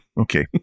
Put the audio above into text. okay